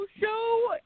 show